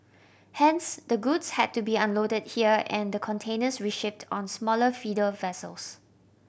hence the goods had to be unloaded here and the containers reshipped on smaller feeder vessels